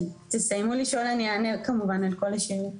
כשתסיימו לשאול אני אענה כמובן על כל השאלות.